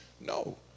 No